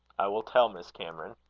i will tell miss cameron.